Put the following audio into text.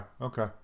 Okay